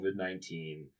COVID-19